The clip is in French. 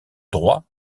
droit